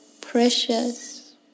precious